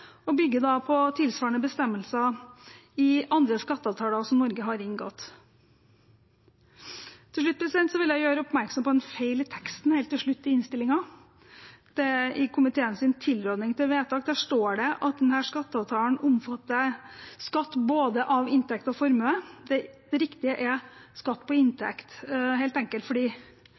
på tilsvarende bestemmelser i andre skatteavtaler som Norge har inngått. Til slutt vil jeg gjøre oppmerksom på en feil i teksten helt til slutt i innstillingen. I komiteens tilråding til vedtak står det at denne skatteavtalen omfatter skatt av både inntekt og formue. Det riktige er skatt av inntekt – helt enkelt fordi